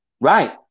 Right